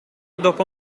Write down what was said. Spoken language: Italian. dopo